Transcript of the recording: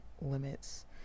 limits